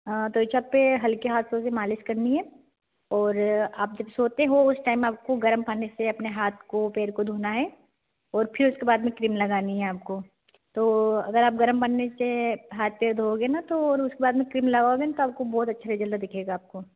त्वचा पर हल्के हाथों से मालिश करनी है और आप जब सोते हो उस टाइम आपको गरम पानी से अपने हाथ को पैर को गरम पानी से धोना है और फिर उसके बाद में क्रीम लगानी है आपको तो अगर आप गरम पानी से हाथ पैर धोओगे ना तो और उसके बाद मे क्रीम लगाओगे ना तो आपको बहुत अच्छा रिजल्ट दिखेगा आपको